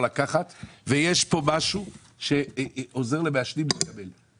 לקחת ויש כאן משהו שעוזר למעשנים להיגמל.